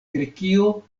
grekio